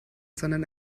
sondern